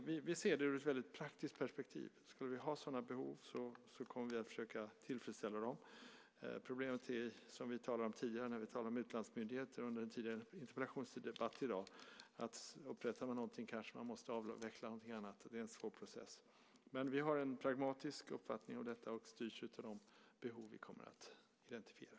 Vi ser det ur ett praktiskt perspektiv. Skulle vi ha sådana behov kommer vi att försöka tillfredsställa dem. Problemet, som vi talade om när vi diskuterade utlandsmyndigheter under en tidigare interpellationsdebatt i dag, är att om något upprättas måste kanske något annat avvecklas. Det är en svår process. Vi har en pragmatisk uppfattning, och detta styrs av de behov vi kommer att identifiera.